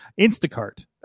Instacart